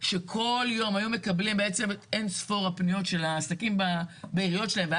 בעיקר ויותר חמלה כלפי בעלי העסקים כי בסוף בעל